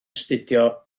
astudio